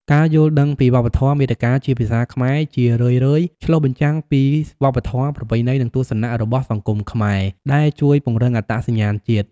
ការយល់ដឹងពីវប្បធម៌ មាតិកាជាភាសាខ្មែរជារឿយៗឆ្លុះបញ្ចាំងពីវប្បធម៌ ប្រពៃណី និងទស្សនៈរបស់សង្គមខ្មែរ ដែលជួយពង្រឹងអត្តសញ្ញាណជាតិ។